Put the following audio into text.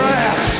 ass